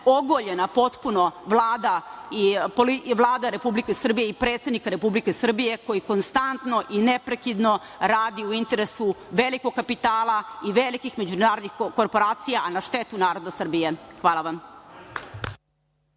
ogoljena potpuno Vlada Republike Srbije i predsednik Republike Srbije, koji konstantno i neprekidno radi u interesu velikog kapitala i velikih međunarodnih korporacija, a na štetu naroda Srbije. Hvala vam.